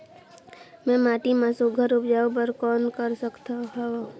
मैं माटी मा सुघ्घर उपजाऊ बर कौन कर सकत हवो?